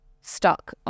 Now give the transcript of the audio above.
stuck